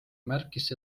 märkis